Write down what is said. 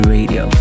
Radio